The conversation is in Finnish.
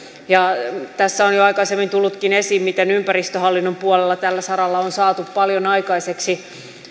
tässä on jo aikaisemmin tullutkin esiin miten ympäristöhallinnon puolella tällä saralla on saatu paljon aikaiseksi